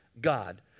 God